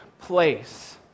place